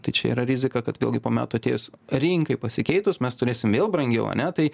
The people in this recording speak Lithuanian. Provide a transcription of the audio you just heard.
tai čia yra rizika kad vėlgi po metų atėjus rinkai pasikeitus mes turėsim vėl brangiau ane tai